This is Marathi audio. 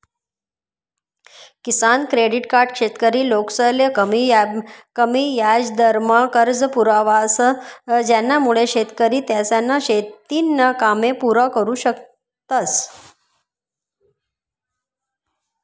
किसान क्रेडिट कार्ड शेतकरी लोकसले कमी याजदरमा कर्ज पुरावस ज्यानामुये शेतकरी त्यासना शेतीना कामे पुरा करु शकतस